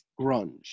grunge